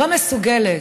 לא מסוגלת,